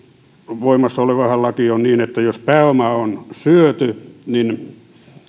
voimassa oleva lakihan on niin että jos pääoma on syöty niin